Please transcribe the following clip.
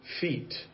feet